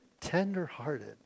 Tender-hearted